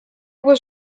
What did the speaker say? was